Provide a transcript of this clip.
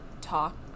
talk